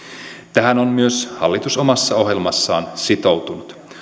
tähän on myös hallitus omassa ohjelmassaan sitoutunut